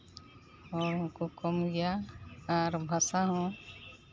ᱦᱚᱲ ᱦᱚᱸᱠᱚ ᱠᱚᱢ ᱜᱮᱭᱟ ᱟᱨ ᱵᱷᱟᱥᱟ ᱦᱚᱸ